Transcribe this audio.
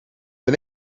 ben